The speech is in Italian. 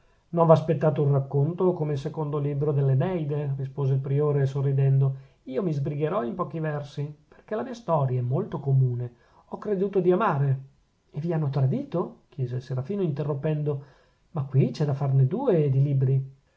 non v'aspettate un racconto come il secondo libro dell'eneide rispose il priore sorridendo io mi sbrigherò in pochi versi perchè la mia storia è molto comune ho creduto di amare e vi hanno tradito chiese il serafino interrompendo ma qui c'è da farne due di libri